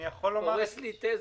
זה הורס לי תיזות.